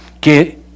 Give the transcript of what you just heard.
Que